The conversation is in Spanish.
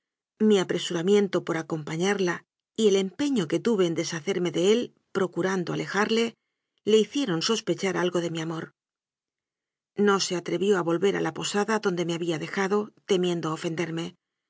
mi apresuramiento por acompañarla y el empeño que tuve en deshacer me de él procurando alejarle le hicieron sospe char algo de mi amor no se atrevió a volver a la posada donde me había dejado temiendo ofender